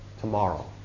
tomorrow